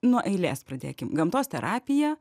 nuo eilės pradėkim gamtos terapija